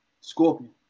Scorpion